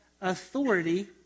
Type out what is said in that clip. authority